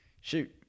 shoot